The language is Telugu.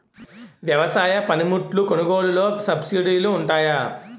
వ్యవసాయ పనిముట్లు కొనుగోలు లొ సబ్సిడీ లు వుంటాయా?